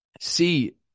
see